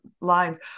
lines